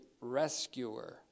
rescuer